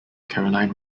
caroline